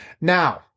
now